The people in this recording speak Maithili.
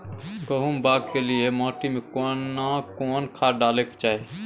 गहुम बाग के लिये माटी मे केना कोन खाद डालै के चाही?